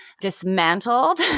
dismantled